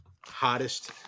hottest